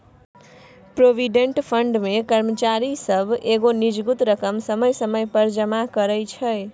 provident fund मे कर्मचारी सब एगो निजगुत रकम समय समय पर जमा करइ छै